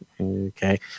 Okay